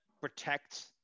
protect –